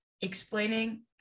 explaining